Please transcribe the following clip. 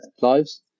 lives